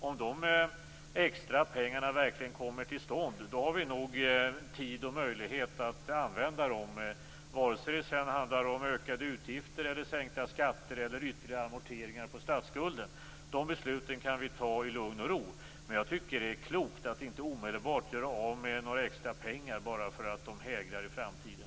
Om dessa extra pengar verkligen kommer fram har vi nog tid och möjlighet att använda dem, vare sig det handlar om ökade utgifter, sänkta skatter eller ytterligare amorteringar på statsskulden. De besluten kan vi fatta i lugn och ro. Jag tycker att det är klokt att inte omedelbart göra av med eventuella extra pengar bara för att de hägrar i framtiden.